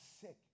sick